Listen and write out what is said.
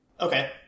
Okay